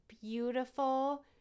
beautiful